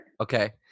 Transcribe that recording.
okay